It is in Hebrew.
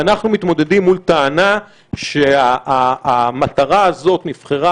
ואנחנו מתמודדים מול טענה שהמטרה הזאת נבחרה